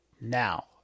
now